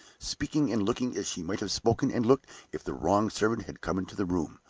speaking and looking as she might have spoken and looked if the wrong servant had come into the room.